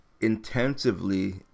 intensively